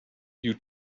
you